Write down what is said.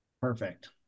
Perfect